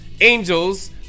Angels